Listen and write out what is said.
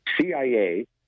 CIA